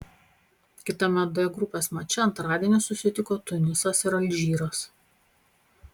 kitame d grupės mače antradienį susitiko tunisas ir alžyras